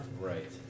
Right